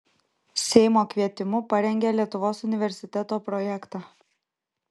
seimo kvietimu parengė lietuvos universiteto projektą